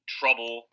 trouble